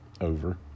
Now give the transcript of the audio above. over